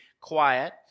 quiet